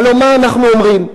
הלוא מה אנחנו אומרים?